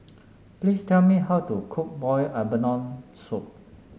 please tell me how to cook Boiled Abalone Soup